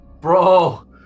bro